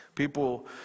People